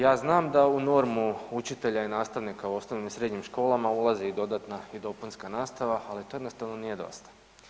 Ja sam da u normu učitelja i nastavnika u osnovnim i srednjim školama ulazi i dodatna i dopunska nastava, ali to jednostavno nije dosta.